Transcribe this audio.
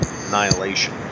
Annihilation